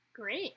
Great